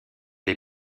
les